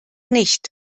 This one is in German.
nicht